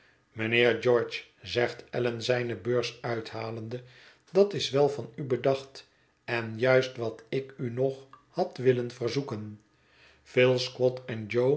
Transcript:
mijnheer george zegt allan zijne beurs uithalende dat is wel van u bedacht en juist wat ik u nog had willen verzoeken phil squod en jo